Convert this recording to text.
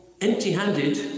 empty-handed